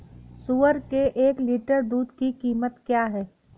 सुअर के एक लीटर दूध की कीमत क्या है?